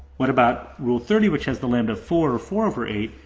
what about rule thirty which has the lambda four or four over eight?